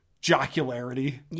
jocularity